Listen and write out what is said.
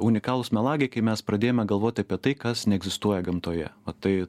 unikalūs melagiai kai mes pradėjome galvoti apie tai kas neegzistuoja gamtoje o tai